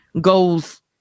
Goes